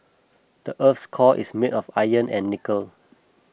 the earth's core is made of iron and nickel